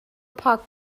پاک